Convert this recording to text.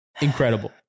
Incredible